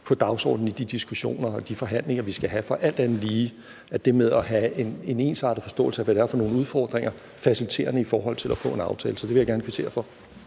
på dagsordenen i de diskussioner og i de forhandlinger, vi skal have. For alt andet lige er det med at have en ensartet forståelse af, hvad der er af udfordringer, faciliterende i forhold til at få en aftale. Så det vil jeg gerne kvittere for.